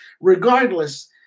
regardless